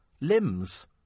limbs